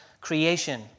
creation